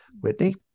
Whitney